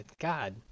God